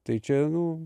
tai čia nu